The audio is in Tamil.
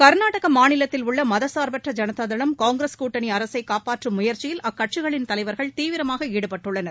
கர்நாடக மாநிலத்தில் உள்ள மதச்சார்பற்ற ஜனதாதளம் காங்கிரஸ் கூட்டணி அரசை காப்பாற்றும் முயற்சியில் அக்கட்சிகளின் தலைவர்கள் தீவிரமாக ஈடுபட்டுள்ளனர்